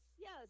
yes